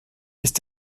ist